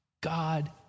God